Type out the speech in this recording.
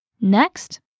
Next